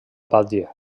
batlle